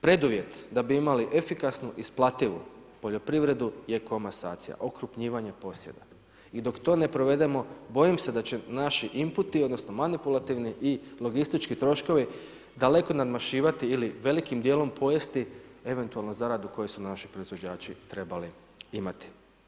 Preduvjet da bi imali efikasnu isplativu poljoprivredu je komasacija, okrupnjivanje posjeda i dok to ne provedemo bojim se da će naši imputi odnosno manipulativni i logistički troškovi daleko nadmašivati ili velikim dijelom pojesti eventualnu zaradu koju su naši proizvođači trebali imati.